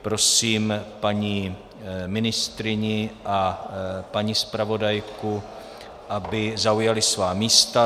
Prosím paní ministryni a paní zpravodajku, aby zaujaly svá místa.